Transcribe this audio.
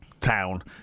town